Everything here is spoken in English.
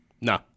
No